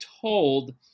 told